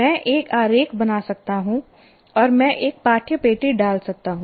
मैं एक आरेख बना सकता हूं और मैं एक पाठ्य पेटी डाल सकता हूं